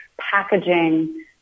packaging